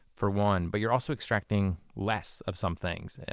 for one, but you're also extracting less of some things.